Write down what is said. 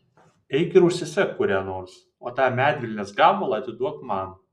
eik ir užsisek kurią nors o tą medvilnės gabalą atiduok man